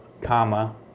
comma